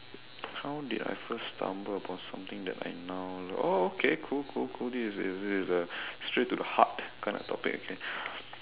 how did I first stumble upon something that I now love oh okay cool cool cool this is a this is a straight to the heart kind of topic okay